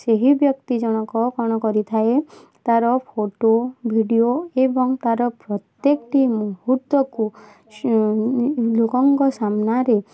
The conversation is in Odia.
ସେହି ବ୍ୟକ୍ତି ଜଣଙ୍କ କ'ଣ କରିଥାଏ ତା'ର ଫଟୋ ଭିଡ଼ିଓ ଏବଂ ତା'ର ପ୍ରତ୍ୟେକଟି ମୁହୂର୍ତ୍ତକୁ ଲୋକଙ୍କ ସାମ୍ନାରେ